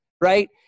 right